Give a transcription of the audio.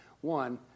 One